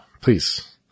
Please